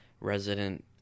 resident